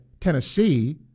Tennessee